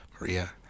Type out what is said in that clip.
Maria